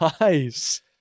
Nice